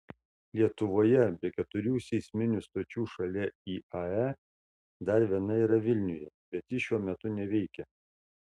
lietuvoje be keturių seisminių stočių šalia iae dar viena yra vilniuje bet ji šiuo metu neveikia